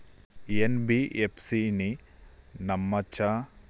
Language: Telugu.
ఎన్.బి.ఎఫ్.సి ని నమ్మచ్చా?